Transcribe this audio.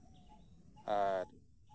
ᱟᱨ